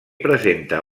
presenta